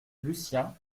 lucien